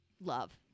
love